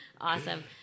Awesome